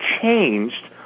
changed